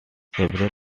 several